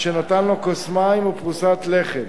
שנתן לו כוס מים או פרוסת לחם.